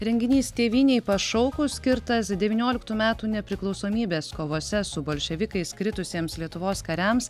renginys tėvynei pašaukus skirtas devynioliktų metų nepriklausomybės kovose su bolševikais kritusiems lietuvos kariams